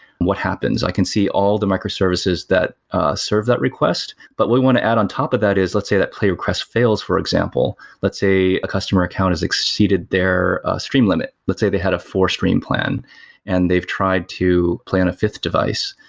what happens? i can see all the microservices that serve that request, but we want to add on top of that is let's say that play request fails for example. let's say a customer account has exceeded their stream limit. let's say they had a four-stream plan and they've tried to play on a fifth device.